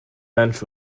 bench